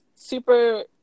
super